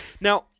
Now